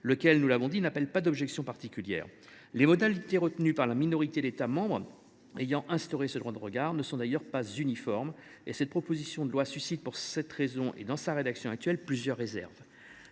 lequel, nous l’avons dit, n’appelle pas d’objection particulière. Les modalités retenues par la minorité d’États membres ayant instauré ce droit de regard ne sont d’ailleurs pas uniformes. Cette proposition de loi, dans sa rédaction actuelle, suscite pour cette